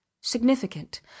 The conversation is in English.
significant